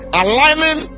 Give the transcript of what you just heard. aligning